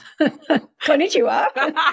konnichiwa